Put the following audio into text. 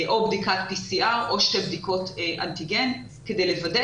או בדיקת PCR או שתי בדיקות אנטיגן כדי לוודא